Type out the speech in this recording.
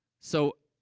so,